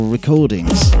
Recordings